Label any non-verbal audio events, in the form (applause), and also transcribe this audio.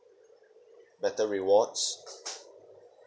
better rewards (noise)